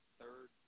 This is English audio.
third